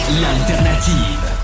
l'alternative